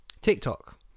TikTok